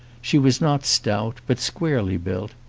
she was not stout, but squarely built,